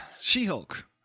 She-Hulk